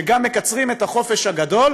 שגם מקצרים את החופש הגדול,